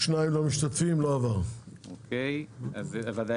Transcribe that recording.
הצבעה 1 נמנע, 1 לא